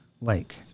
lake